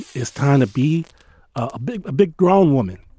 is trying to be a big a big grown woman.